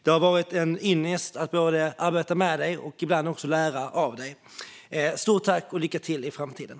Det har varit en ynnest att få arbeta med dig och ibland lära av dig. Stort tack och lycka till i framtiden!